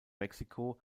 mexico